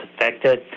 affected